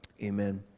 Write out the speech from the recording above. Amen